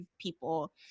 people